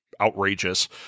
outrageous